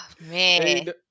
man